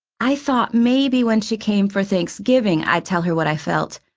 i thought maybe when she came for thanksgiving, i'd tell her what i felt.